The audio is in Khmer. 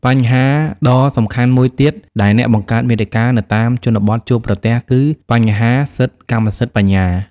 បញ្ហាដ៏សំខាន់មួយទៀតដែលអ្នកបង្កើតមាតិកានៅតាមជនបទជួបប្រទះគឺ បញ្ហាសិទ្ធិកម្មសិទ្ធិបញ្ញា។